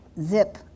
Zip